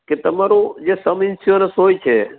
કે તમારું જે સબ ઇન્સ્યુરન્સ હોય છે